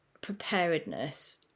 preparedness